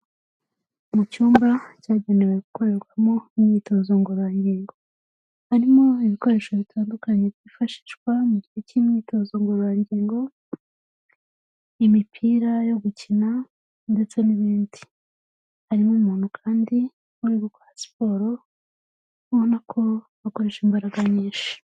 Mu cyumba cyagenewe gukorerwamo imyitozo ngororangingo. Harimo ibikoresho bitandukanye byifashishwa mu gihe cy'imyitozo ngororarangingo, imipira yo gukina ndetse n'ibindi. Harimo umuntu kandi uri gukora siporo, ubona ko akoresha imbaraga nyinshi.